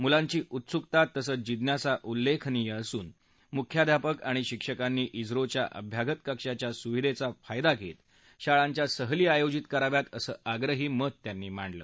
मुलांची उत्सुकता तसंच जिज्ञासा उल्लख्मीय असून मुख्याध्यापक आणि शिक्षकांनी इस्रोच्या अभ्यागत कक्षाच्या सुविधधी फायदा घरत शाळांच्या सहली आयोजित कराव्यात असं आग्रही मत त्यांनी मांडलं